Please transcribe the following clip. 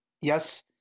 Yes